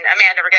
amanda